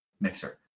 Mixer